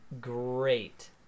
Great